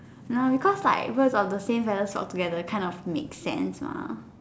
no because like where got the same feathers flock together kind of make sense mah